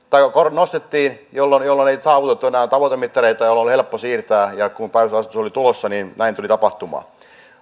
nostettiin jolloin jolloin ei saavutettu enää tavoitemittareita ja jolloin oli helppo siirtää ja kun päivystysasetus oli tulossa niin näin tuli tapahtumaan